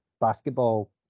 basketball